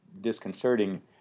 disconcerting